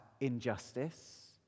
injustice